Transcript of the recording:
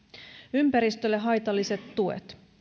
ympäristölle haitalliset tuet